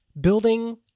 building